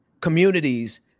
communities